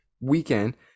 weekend